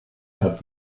had